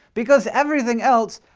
because everything else,